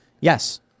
yes